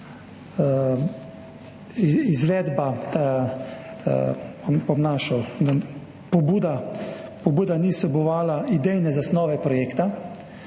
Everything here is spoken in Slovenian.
pobuda. Pobuda ni vsebovala idejne zasnove projekta,